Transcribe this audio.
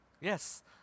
Yes